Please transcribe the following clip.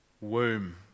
womb